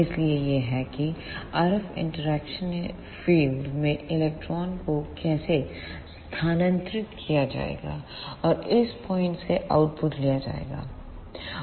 इसलिए यह है कि RF इंटरएक्शन फील्ड में इलेक्ट्रॉनों को कैसे स्थानांतरित किया जाएगा और इस पॉइंट से आउटपुट लिया जाएगा